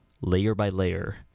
layer-by-layer